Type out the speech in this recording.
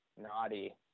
naughty